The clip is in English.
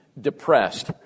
depressed